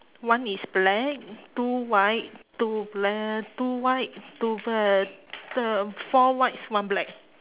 one is black two white two black two white two black um four whites one black